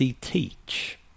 Teach